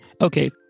Okay